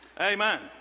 Amen